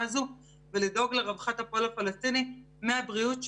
הזו ולדאוג לרווחת הפועל הפלסטיני מהבריאות שלו,